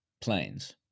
planes